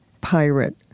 Pirate